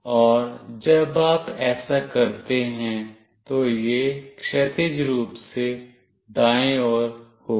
और जब आप ऐसा करते हैं तो यह क्षैतिज रूप से दाएं ओर होगा